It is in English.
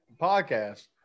podcast